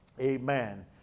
Amen